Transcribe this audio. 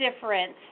difference